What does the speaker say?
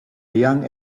young